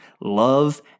love